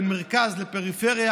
בין מרכז לפריפריה.